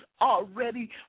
already